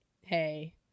hey